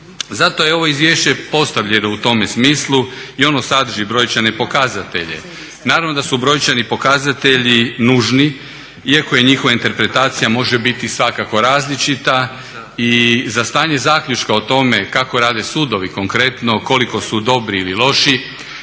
Zato je ovo izvješće i postavljeno u tome smislu i ono sadrži brojčane pokazatelje. Naravno da su brojčani pokazatelji nužni iako njihova interpretacija može biti svakako različita. I za stanje zaključka o tome kako rade sudovi konkretno, koliko su dobri ili loši